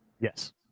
yes